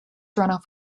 runoff